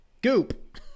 Goop